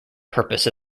purpose